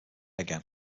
again